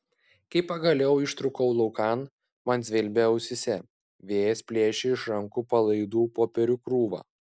kai pagaliau ištrūkau laukan man zvimbė ausyse vėjas plėšė iš rankų palaidų popierių krūvą